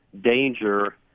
danger